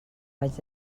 vaig